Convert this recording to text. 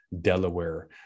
Delaware